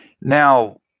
Now